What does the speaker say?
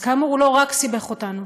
אז כאמור, הוא לא רק סיבך אותנו,